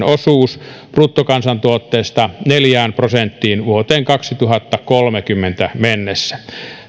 osuus bruttokansantuotteesta neljään prosenttiin vuoteen kaksituhattakolmekymmentä mennessä